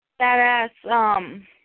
badass